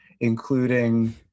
including